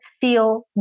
feel